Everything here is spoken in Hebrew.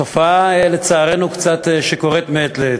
תופעה, לצערנו, שקורית מעת לעת.